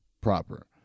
proper